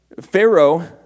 Pharaoh